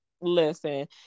listen